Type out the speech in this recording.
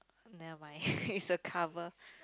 never mind it's a cover